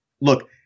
look